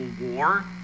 war